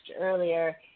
earlier